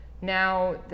now